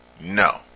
No